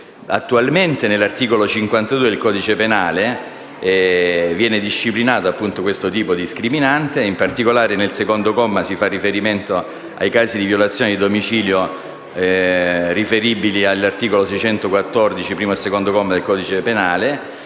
Attualmente, nell'articolo 52 del codice penale viene disciplinato questo tipo di scriminante e, in particolare nel secondo comma, si fa riferimento ai casi di violazione di domicilio riferibili all'articolo 614, primo e secondo comma, del codice penale,